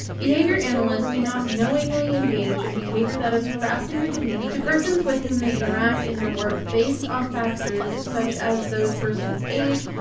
behavior analysts do not knowingly engage in and behavior that is harassing or demeaning to persons with whom they interact in their work based on factors such as those person's age,